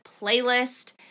playlist